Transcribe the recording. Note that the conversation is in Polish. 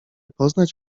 poznać